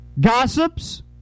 gossips